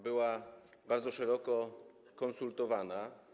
Była bardzo szeroko konsultowana.